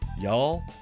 Y'all